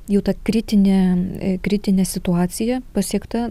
jau ta kritinė kritinė situacija pasiekta